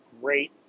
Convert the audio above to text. great